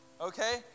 okay